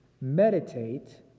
meditate